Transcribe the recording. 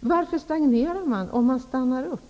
Varför stagnerar man, om man stannar upp?